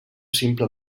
simple